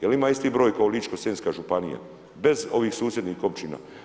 Je li ima isti broj kao Ličko-senjska županija bez ovih susjednih općina.